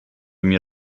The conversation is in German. mir